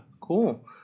Cool